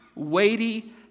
weighty